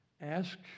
Ask